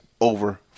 over